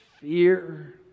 fear